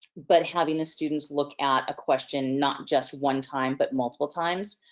but having the students look at a question not just one time, but multiple times,